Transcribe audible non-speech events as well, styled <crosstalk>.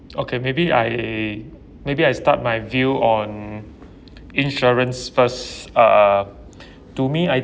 okay maybe I maybe I start my view on insurance first uh <breath> to me I